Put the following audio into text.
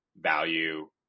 value